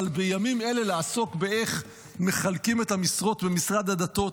אבל בימים אלה לעסוק באיך מחלקים את המשרות ומשרד הדתות,